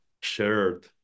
shared